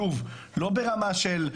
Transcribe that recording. שוב, לא ברמה של קוראים לו.